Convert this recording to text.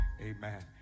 Amen